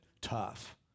tough